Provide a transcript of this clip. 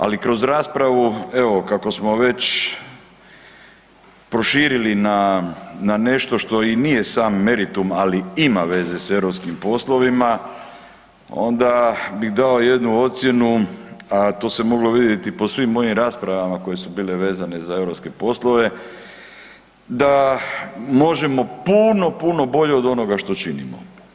Ali, kroz raspravu, evo kako smo već prošili na nešto što i nije sam meritum, ali ima veze s europskim poslovima, onda bih dao jednu ocjenu, a to se moglo vidjeti po svim mojim raspravama koje su bile vezane za EU poslove da možemo puno, puno bolje od onoga što činimo.